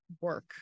work